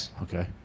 Okay